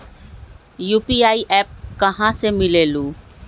UPI app कहा से मिलेलु?